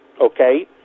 okay